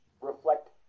reflect